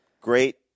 Great